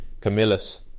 Camillus